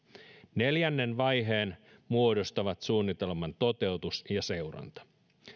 neljännen vaiheen muodostavat suunnitelman toteutus ja seuranta